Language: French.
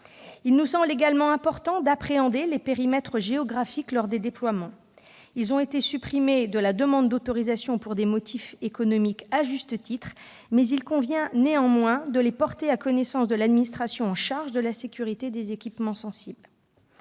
Il nous semble également important d'appréhender les périmètres géographiques lors des déploiements. Ils ont, à juste titre, été supprimés de la demande d'autorisation pour des motifs économiques. Néanmoins, il convient qu'ils soient portés à la connaissance de l'administration en charge de la sécurité des équipements sensibles.